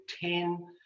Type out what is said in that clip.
ten